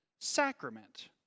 sacrament